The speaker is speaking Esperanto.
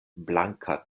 blanka